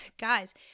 Guys